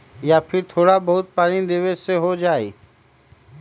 या फिर थोड़ा बहुत पानी देबे से हो जाइ?